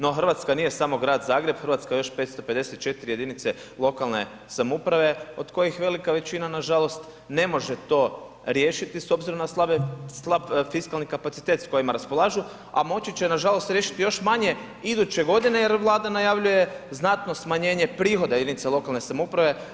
No Hrvatska nije samo Grad Zagreb, Hrvatska je još 554 jedinice lokalne samouprave od kojih velika većina nažalost ne može to riješiti s obzirom na slabe, slab fiskalni kapacitet s kojima raspolažu, a moći će nažalost riješiti još manje iduće godine jer Vlada najavljuje znatno smanjenje prihoda jedinica lokalne samouprave.